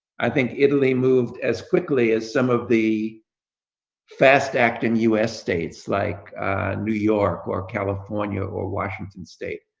i think italy moved as quickly as some of the fast-acting u s. states like new york or california or washington state.